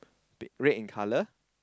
bit red in colour